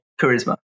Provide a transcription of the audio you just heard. charisma